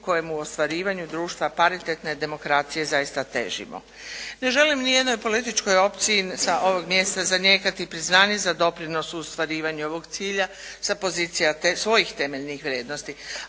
kojemu u ostvarivanju društva paritetne demokracije zaista težimo. Ne želim ni jednoj političkoj opciji sa ovog mjesta zanijekati priznanje za doprinos u ostvarivanju ovog cilja sa pozicija svojih temeljnih vrijednosti,